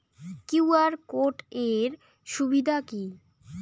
QR code এর সুবিধা কি?